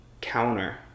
counter